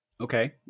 Okay